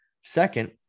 Second